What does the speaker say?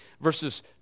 verses